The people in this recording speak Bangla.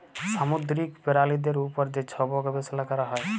সামুদ্দিরিক পেরালিদের উপর যে ছব গবেষলা ক্যরা হ্যয়